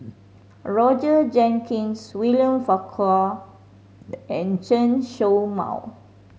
Roger Jenkins William Farquhar and Chen Show Mao